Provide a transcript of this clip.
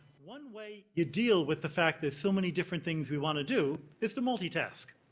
one way you deal with the fact there's so many different things we want to do, is to multitask.